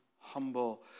humble